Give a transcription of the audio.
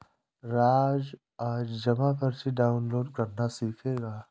राज आज जमा पर्ची डाउनलोड करना सीखेगा